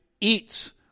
eats